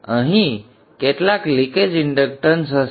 તેથી અહીં કેટલાક લિકેજ ઇંડક્ટન્સ હશે